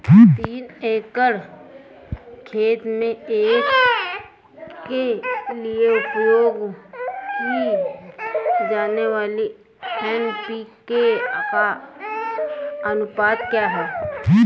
तीन एकड़ खेत के लिए उपयोग की जाने वाली एन.पी.के का अनुपात क्या है?